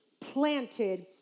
planted